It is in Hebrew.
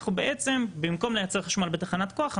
בעצם במקום לייצר חשמל בתחנת כוח,